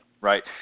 right